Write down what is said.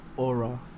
Aura